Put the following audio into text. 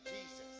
Jesus